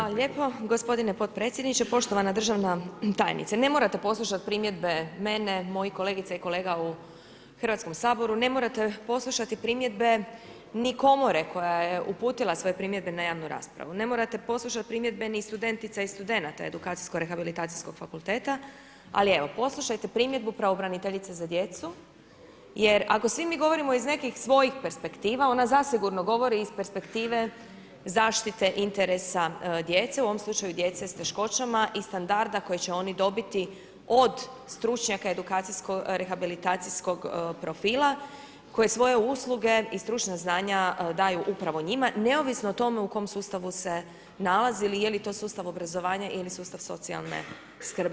Hvala lijepo gospodine potpredsjedniče, poštovana državna tajniče, ne morate poslušati primjedba mene, mojih kolegica i kolega u Hrvatskom saboru, ne morate poslušati primjedbe ni komore koja je uputila svoje primjedbe na javnu raspravu, ne morate poslušati primjedbe ni studentica ni studenata edukacijsko rehabilitacijskog fakulteta, ali evo, poslušajte primjedbe pravobraniteljice za djecu, jer ako svi mi govorimo iz nekih svojih perspektiva, ona zasigurno govori iz perspektive zaštite interesa djece u ovom slučaju djece s teškoćama i standarda koji će oni dobiti od stručnjaka edukacijsko rehabilitacijskog profila koje svoje usluge i stručna znanja daju upravo njima, neovisno o tome, u kojem sustavu se nalazili i je li to sustav obrazovanja ili sustav socijalne skrbi.